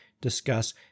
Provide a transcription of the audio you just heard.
discuss